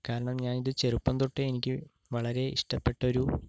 കാരണം ഞാന് ഇത് ചെറുപ്പം തൊട്ടേ എനിക്ക് വളരെ ഇഷ്ട്ടപ്പെട്ടൊരു